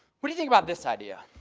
what do you think about this idea?